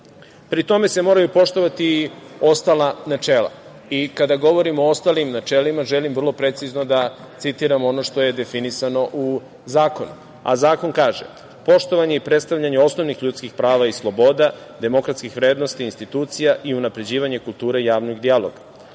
tome, moraju se poštovati i ostala načela. Kada govorimo o ostalim načelima, želim vrlo precizno da citiram ono što je definisano u zakonu. Zakon kaže: „Poštovanje i predstavljanje osnovnih ljudskih prava i sloboda, demokratskih vrednosti institucija i unapređivanje kulture javnog dijaloga;